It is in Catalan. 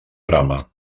brama